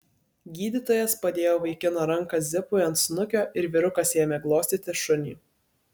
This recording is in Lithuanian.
gydytojas padėjo vaikino ranką zipui ant snukio ir vyrukas ėmė glostyti šunį